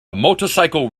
motorcycle